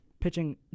pitching